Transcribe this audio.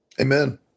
Amen